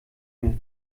mehr